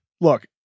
look